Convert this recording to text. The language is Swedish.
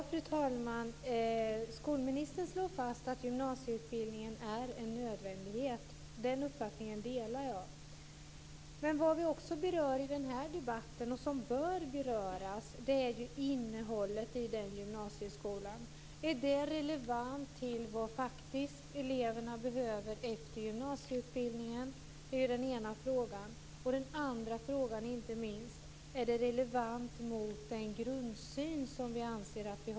Fru talman! Skolministern slår fast att gymnasieutbildning är en nödvändighet. Den uppfattningen delar jag. Men vad som också berörs i den här debatten, och som bör beröras, är innehållet i denna gymnasieskola. Är det relevant för vad eleverna faktiskt behöver efter gymnasieutbildningen? Det är den ena frågan. Den andra frågan är: Är detta relevant för den grundsyn som vi anser att vi har?